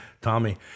Tommy